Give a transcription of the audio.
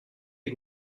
les